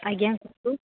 ଆଜ୍ଞା କୁହନ୍ତୁ